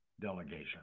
delegation